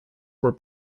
were